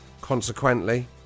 Consequently